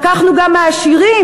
לקחנו גם מהעשירים,